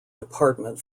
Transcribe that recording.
department